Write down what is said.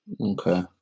Okay